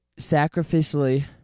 sacrificially